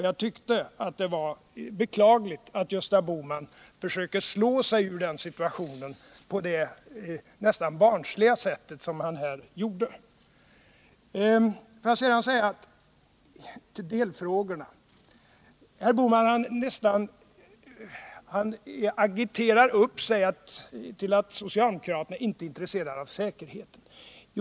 Jag tyckte att det var beklagligt att Gösta Bohman försökte slå sig ur den situationen på det nästan barnsliga sätt som han här använde sig av. Sedan till delfrågorna. Herr Bohman agiterar upp sig och påstår att socialdemokraterna inte är intresserade av säkerheten.